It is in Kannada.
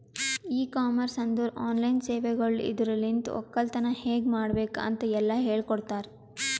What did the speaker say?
ಇ ಕಾಮರ್ಸ್ ಅಂದುರ್ ಆನ್ಲೈನ್ ಸೇವೆಗೊಳ್ ಇದುರಲಿಂತ್ ಒಕ್ಕಲತನ ಹೇಗ್ ಮಾಡ್ಬೇಕ್ ಅಂತ್ ಎಲ್ಲಾ ಹೇಳಕೊಡ್ತಾರ್